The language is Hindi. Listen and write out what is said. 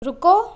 रुको